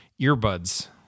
earbuds